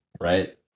right